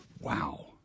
Wow